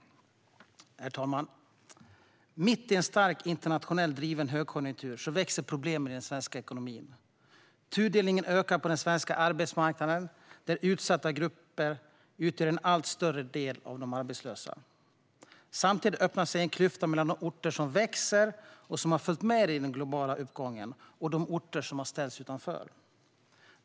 Mitt i en stark internationellt driven högkonjunktur växer problemen i den svenska ekonomin. Tudelningen ökar på den svenska arbetsmarknaden, där utsatta grupper utgör en allt större andel av de arbetslösa. Samtidigt öppnar sig en klyfta mellan de orter som växer och har följt med i den globala uppgången och de orter som har ställts utanför.